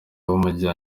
bamuhaye